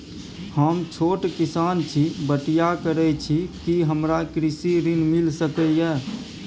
हम छोट किसान छी, बटईया करे छी कि हमरा कृषि ऋण मिल सके या?